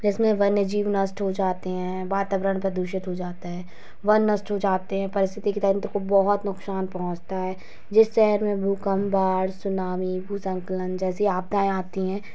जिसमें वन्य जीव नष्ट हो जाते हैं वातावरण प्रदूषित हो जाता है वन नष्ट हो जाते हैं पारिस्थितिकी तंत्र को बहुत नुकसान पहुँचता है जिस शहर में भूकंप बाढ़ सुनामी भूस्खलन जैसी आपदाएँ आती हैं